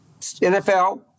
NFL